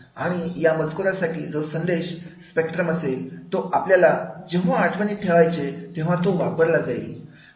आणि या मजकुरासाठी जो संदेशाचा स्पेक्ट्रम असेल तो आपल्याला जेव्हा आठवणी ठेवायचे आहे तेव्हा वापरला जाईल